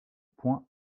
point